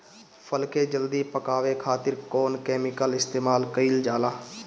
फल के जल्दी पकावे खातिर कौन केमिकल इस्तेमाल कईल जाला?